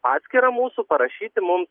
paskirą mūsų parašyti mums